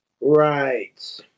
Right